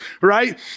right